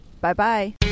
Bye-bye